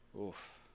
Oof